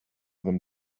them